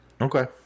Okay